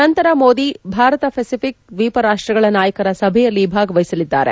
ನಂತರ ಮೋದಿ ಭಾರತ ಪೆಸಿಫಿಕ್ ದ್ವೀಪ ರಾಷ್ಷಗಳ ನಾಯಕರ ಸಭೆಯಲ್ಲಿ ಭಾಗವಒಸಲಿದ್ದಾರೆ